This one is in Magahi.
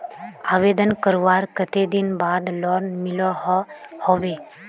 आवेदन करवार कते दिन बाद लोन मिलोहो होबे?